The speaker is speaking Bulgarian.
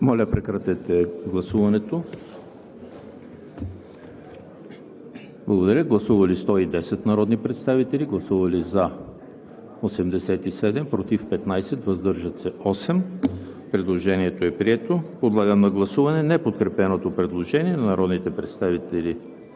Подлагам на гласуване редакцията за § 2. Гласували 110 народни представители: за 87, против 15, въздържали се 8. Предложението е прието. Подлагам на гласуване неподкрепеното предложение на народните представители